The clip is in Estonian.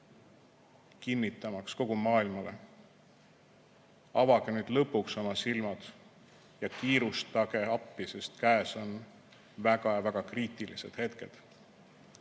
kinnitamaks kogu maailmale, et avage nüüd lõpuks oma silmad ja kiirustage appi, sest käes on väga‑väga kriitilised hetked.